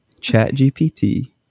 ChatGPT